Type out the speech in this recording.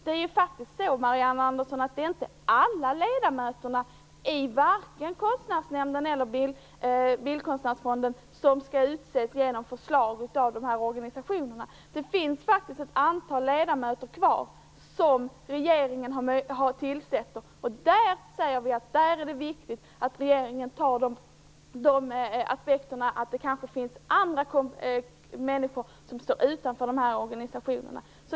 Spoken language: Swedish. Det är faktiskt så, Marianne Andersson, att det inte är alla ledamöter i vare sig Konstnärsnämnden eller Bildkonstnärsfonden som skall utses genom förslag av organisationerna. Det finns ett antal ledamöter kvar, som regeringen tillsätter. Det är då viktigt att regeringen ser aspekterna med att det kanske kan finnas andra kompetenta människor, som står utanför organisationerna.